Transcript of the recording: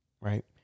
right